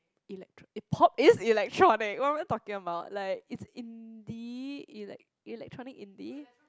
electro~ pop is electronic what am I talking about like it's indie elec~ electronic indie